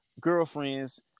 girlfriends